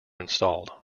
installed